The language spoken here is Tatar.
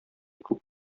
күп